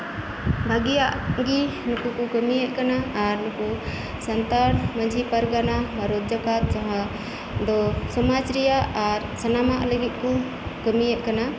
ᱵᱷᱟᱜᱤᱭᱟᱜ ᱜᱤ ᱩᱱᱠᱩ ᱠᱩ ᱠᱟᱹᱢᱤᱭᱮᱫ ᱠᱟᱱᱟ ᱟᱨ ᱩᱱᱠᱩ ᱥᱟᱱᱛᱟᱲ ᱯᱟᱺᱡᱷᱤ ᱯᱟᱨᱜᱟᱱᱟ ᱵᱷᱟᱨᱚᱛ ᱡᱟᱠᱟᱛ ᱡᱟᱦᱟᱸ ᱫᱚ ᱥᱚᱢᱟᱡ ᱨᱮᱭᱟᱜ ᱟᱨ ᱥᱟᱱᱟᱢᱟᱜ ᱞᱟᱹᱜᱤᱫ ᱠᱩ ᱠᱟᱹᱢᱤᱭᱮᱫ ᱠᱟᱱᱟ